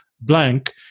blank